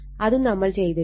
അതും നമ്മൾ ചെയ്തിട്ടുണ്ട്